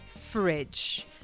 fridge